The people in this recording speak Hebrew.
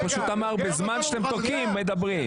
הוא אמר שבזמן שאתם תוקעים, מדברים.